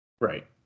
Right